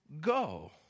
go